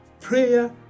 prayer